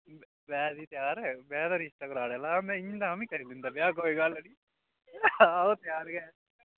में नेईं त्यार में ते रिश्ता करवाने आह्ला हा में ते इ'यां गै करी दिंदा ब्याह कोई गल्ल नेईं आहो त्यार गै